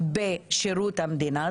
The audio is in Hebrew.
בשירות המדינה.